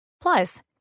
Plus